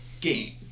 game